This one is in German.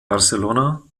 barcelona